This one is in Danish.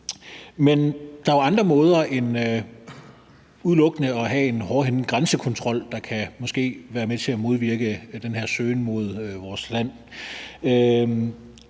Men der er jo andre måder end udelukkende det at have en hårdhændet grænsekontrol, der måske kan være med til at modvirke den her søgen mod vores land.